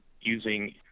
using